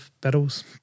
battles